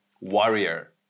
warrior